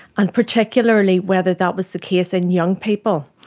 and particularly whether that was the case in young people.